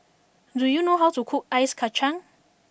do you know how to cook Ice Kachang